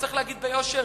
צריך להגיד ביושר,